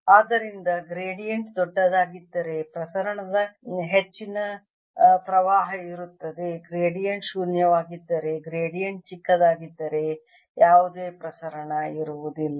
ಆದ್ದರಿಂದ ಗ್ರೇಡಿಯಂಟ್ ದೊಡ್ಡದಾಗಿದ್ದರೆ ಪ್ರಸರಣದ ಹೆಚ್ಚಿನ ಪ್ರವಾಹ ಇರುತ್ತದೆ ಗ್ರೇಡಿಯಂಟ್ ಶೂನ್ಯವಾಗಿದ್ದರೆ ಗ್ರೇಡಿಯಂಟ್ ಚಿಕ್ಕದಾಗಿದ್ದರೆ ಯಾವುದೇ ಪ್ರಸರಣ ಇರುವುದಿಲ್ಲ